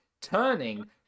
turning